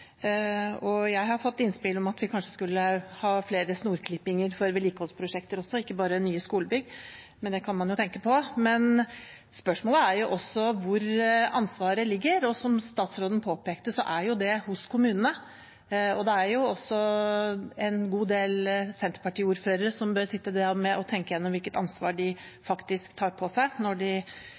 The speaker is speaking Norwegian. og jeg har fått innspill om at vi kanskje skulle ha flere snorklippinger også for vedlikeholdsprosjekter, ikke bare for nye skolebygg, og det kan man tenke på. Men spørsmålet er også hvor ansvaret ligger, og som statsråden påpekte, er det hos kommunene. En god del senterpartiordførere bør tenke gjennom hvilket ansvar de faktisk tar på seg når de